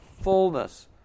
Fullness